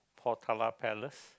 potala palace